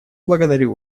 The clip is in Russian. благодарю